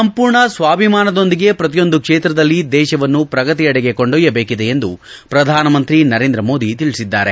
ಸಂಪೂರ್ಣ ಸ್ವಾಭಿಮಾನದೊಂದಿಗೆ ಪ್ರತಿಯೊಂದು ಕ್ಷೇತ್ರದಲ್ಲಿ ದೇಶವನ್ನು ಪ್ರಗತಿಯೆಡೆಗೆ ಕೊಂಡೊಯ್ಲಬೇಕಿದೆ ಎಂದು ಪ್ರಧಾನಮಂತ್ರಿ ನರೇಂದ್ರ ಮೋದಿ ತಿಳಿಸಿದ್ದಾರೆ